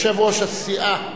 יושב-ראש הסיעה,